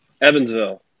Evansville